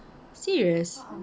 serious